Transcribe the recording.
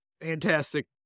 fantastic